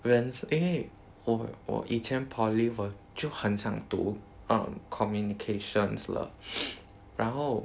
~因为我以前 poly for 我就很想读 um communications 了然后